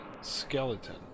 skeleton